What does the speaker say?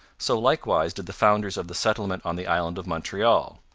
so likewise did the founders of the settlement on the island of montreal.